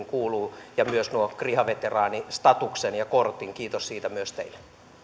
kuuluu ja myös kriha veteraanistatuksen ja kortin kiitos siitä myös teille